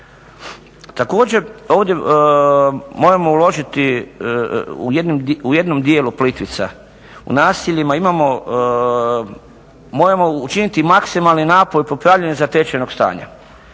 Također, ovdje moramo uložiti u jednom dijelu Plitvica, u naseljima imamo, moramo učiniti maksimalni napor u popravljanju zatečenog stanja.